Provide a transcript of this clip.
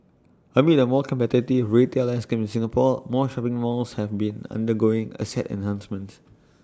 amid A more competitive retail landscape in Singapore more shopping malls have been undergoing asset enhancements